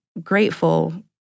grateful